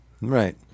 Right